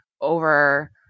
over –